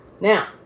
Now